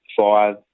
five